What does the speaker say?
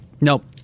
Nope